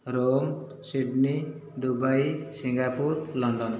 Rome Sydney Dubai Singapore London